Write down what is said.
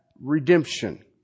redemption